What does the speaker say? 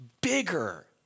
bigger